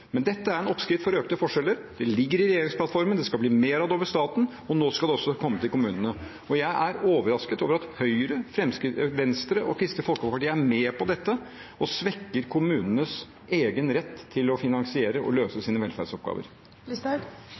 Men dette er en oppskrift for økte forskjeller. Det ligger i regjeringsplattformen, det skal bli mer av det over staten, og nå skal det også komme til kommunene. Og jeg er overrasket over at Høyre, Venstre og Kristelig Folkeparti er med på dette og svekker kommunenes egen rett til å finansiere og løse sine velferdsoppgaver.